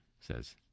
says